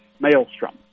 maelstrom